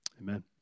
Amen